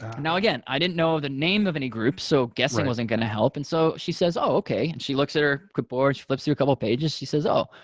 now, again, i didn't know the name of any group. so guessing wasn't going to help. and so she says, oh, okay. and she looks at her clipboard, she flips through a couple pages. she says, oh,